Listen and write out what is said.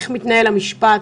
איך מתנהל המשפט,